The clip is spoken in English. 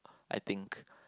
I think